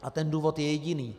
A ten důvod je jediný.